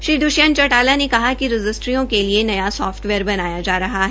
श्री दृष्यंत चौटाला ने कहा कि रजिस्ट्रियों के लिए नया साफ्टवेयर बनाया जा रहा है